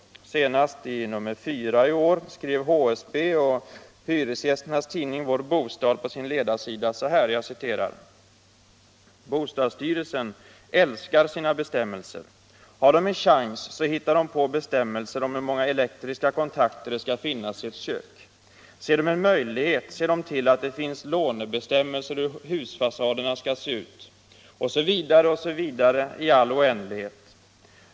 Senast i nr 4 i år skrev HSB:s och hyresgästförbundets tidning Vår Bostad på sin ledarsida: ”Bostadsstyrelsen älskar sina bestämmelser. Har den en chans så hittar den på bestämmelser om hur många elektriska kontakter det ska finnas i ett kök. Ser den en möjlighet, ser den till att det finns lånebestämmelser hur fasaderna skall se ut. Osv. osv. i all oändlighet.